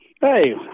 Hey